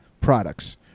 products